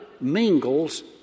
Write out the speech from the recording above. mingles